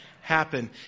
Happen